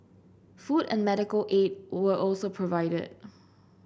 food and medical aid were also provided